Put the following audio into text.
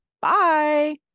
Bye